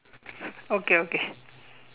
okay okay